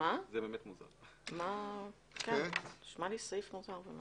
מתחת הסמנכ"לים שזה גזבר וכולי,